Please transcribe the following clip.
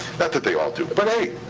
that that they all do, but